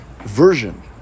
version